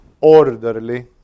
orderly